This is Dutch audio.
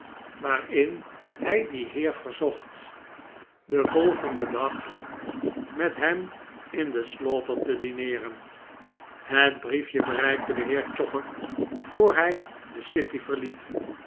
waarin hij dien heer verzocht den volgenden dag met hem in de slaughter te dineeren het brief je bereikte den heer chopper voor hij de city verliet